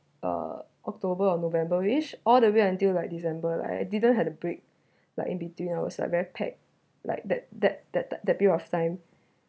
uh october or november which all the way until like december like I didn't had a break like in between I was like very packed like that that that that that period of time